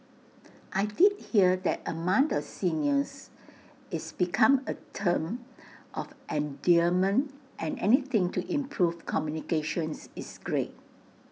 I did hear that among the seniors it's become A term of endearment and anything to improve communications is great